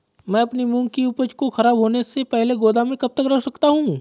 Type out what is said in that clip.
मैं अपनी मूंग की उपज को ख़राब होने से पहले गोदाम में कब तक रख सकता हूँ?